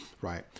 Right